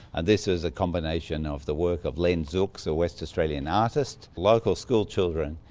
and this is a combination of the work of len zuks, a west australian artist, local school children,